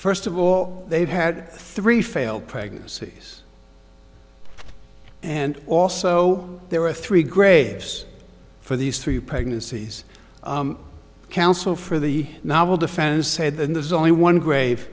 first of all they've had three failed pregnancies and also there were three graves for these three pregnancies counsel for the novel defense said there's only one grave